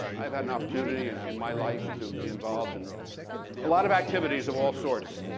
i've had an opportunity and in my life to be involved in a lot of activities of all sorts.